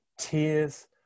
tears